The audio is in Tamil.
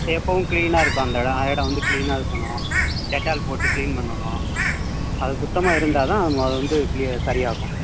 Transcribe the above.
எப்பவும் க்ளீனாக இருக்கும் அந்த இடம் இடம் வந்து க்ளீனாக இருக்கணும் டெட்டால் போட்டுக் க்ளீன் பண்ணணும் அது சுத்தமாக இருந்தால் தான் அதுங்க அது வந்து க்ளீய சரியாகும்